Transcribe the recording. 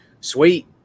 Sweet